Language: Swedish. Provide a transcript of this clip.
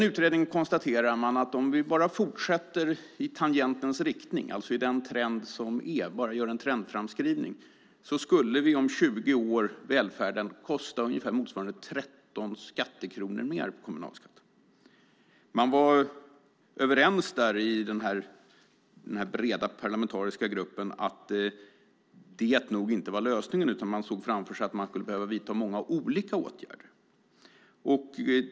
I utredningen konstaterade man att om vi fortsätter i tangentens riktning och bara gör en trendframskridning skulle välfärden om 20 år kosta motsvarande 13 skattekronor mer i kommunalskatt. Den breda parlamentariska gruppen var överens om att det inte var lösningen, utan man såg framför sig att man skulle behöva vidta många olika åtgärder.